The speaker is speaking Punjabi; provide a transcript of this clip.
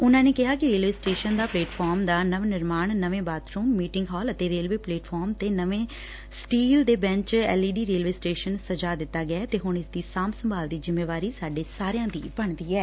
ਉਨ੍ਹਾ ਨੇ ਕਿਹਾ ਕਿ ਰੇਲਵੇ ਸਟੇਸ਼ਨ ਦੇ ਪਲੇਟਫ਼ਾਰਮ ਦਾ ਨਵਨਿਰਮਾਣ ਨਵੇਂ ਬਾਬਰੂਮ ਮੀਟਿੰਗ ਹਾਲ ਅਤੇ ਰੇਲਵੇ ਪਲੇਟਫਾਰਮ ਤੇ ਨਵੇਂ ਸਟੀਲ ਦੇ ਬੈਂਚ ਅਤੇ ਐਲਈਡੀ ਨਾਲ ਰੇਲਵੇ ਸਟੇਸ਼ਨ ਸਜਾ ਦਿੱਤਾ ਗਿਐ ਤੇ ਹੁਣ ਇਸ ਦੀ ਸਾਂਭ ਸੰਭਾਲ ਦੀ ਜ਼ਿੰਮੇਵਾਰੀ ਸਾਡੇ ਸਾਰਿਆਂ ਦੀ ਬਣਦੀ ਐ